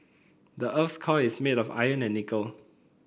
the earth's core is made of iron and nickel